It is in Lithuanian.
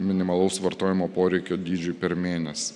minimalaus vartojimo poreikio dydžiui per mėnesį